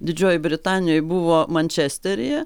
didžiojoj britanijoj buvo mančesteryje